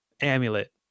amulet